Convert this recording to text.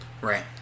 right